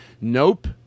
Nope